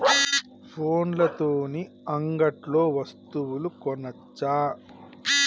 ఫోన్ల తోని అంగట్లో వస్తువులు కొనచ్చా?